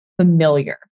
familiar